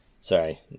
Sorry